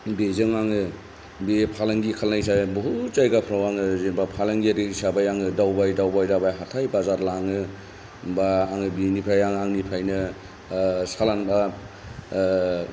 बेजों आङो बे फालांगि खालायनायनि साय बहुद जायगाफोराव आङो जेनेबा फालांगियारि हिसाबै आङो दावबाय दावबाय दावबाय हाथाय बाजार लाङो बा आङो बिनिफ्राय आं आंनिफ्रायनो सालान